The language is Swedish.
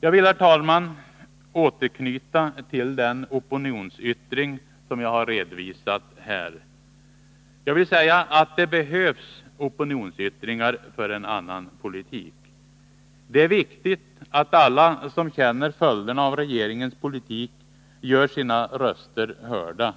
Jag vill, herr talman, återknyta till den opinionsyttring som jag har redovisat här. Det behövs opinionsyttringar för en annan politik. Det är viktigt att alla som känner följderna av regeringens politik gör sina röster hörda.